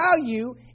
value